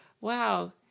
wow